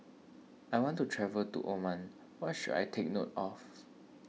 I want to travel to Oman what should I take note of